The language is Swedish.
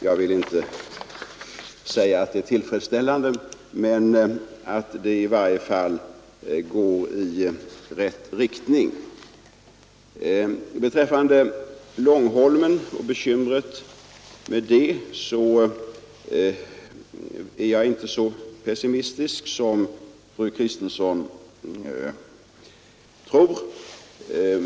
Jag vill inte säga att det är tillfredsställande, men det går i varje fall i rätt riktning. Beträffande bekymret med Långholmen är jag inte så pessimistisk som fru Kristensson tror.